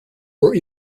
were